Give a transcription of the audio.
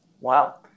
Wow